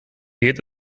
geht